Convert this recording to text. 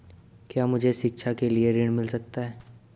क्या मुझे शिक्षा के लिए ऋण मिल सकता है?